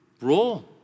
role